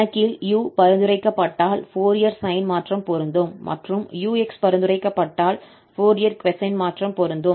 கணக்கில் 𝑢 பரிந்துரைக்கப்பட்டால் Fourier sine மாற்றம் பொருந்தும் மற்றும் 𝑢𝑥 பரிந்துரைக்கப்பட்டால் ஃபோரியர் கொசைன் மாற்றம் பொருந்தும்